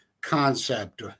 concept